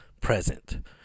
present